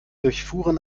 durchfuhren